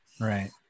right